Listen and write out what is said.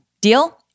Deal